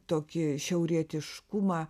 tokį šiaurietiškumą